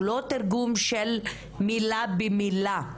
הוא לא תרגום של מילה במילה,